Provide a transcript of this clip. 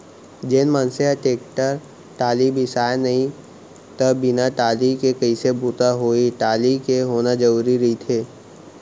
जेन मनसे ह टेक्टर टाली बिसाय नहि त बिन टाली के कइसे बूता होही टाली के होना जरुरी रहिथे